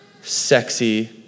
sexy